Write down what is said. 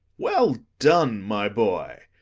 well done, my boy!